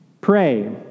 pray